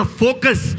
focus